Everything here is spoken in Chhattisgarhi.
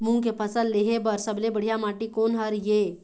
मूंग के फसल लेहे बर सबले बढ़िया माटी कोन हर ये?